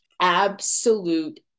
absolute